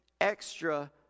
extra